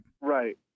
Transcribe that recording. Right